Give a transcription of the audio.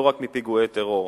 לא רק מפיגועי טרור,